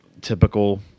typical